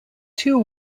two